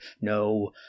No